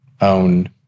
own